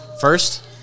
First